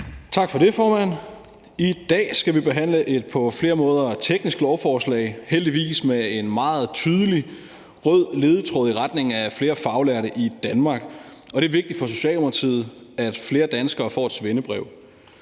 Tak for det, formand. I dag skal vi behandle et på flere måder teknisk lovforslag, heldigvis med en meget tydelig rød tråd i retning af flere faglærte i Danmark. Det er vigtigt for Socialdemokratiet, at flere danskere får et svendebrev.